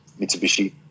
Mitsubishi